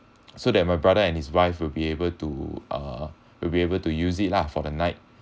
so that my brother and his wife will be able to uh will be able to use it lah for the night